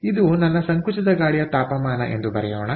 ಆದ್ದರಿಂದ ಇದು ನನ್ನ ಸಂಕುಚಿತ ಗಾಳಿಯ ತಾಪಮಾನ ಎಂದು ಬರೆಯೋಣ